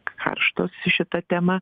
karštos šita tema